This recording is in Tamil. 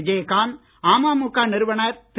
விஜயகாந்த் அமமுக நிறுவனர் திரு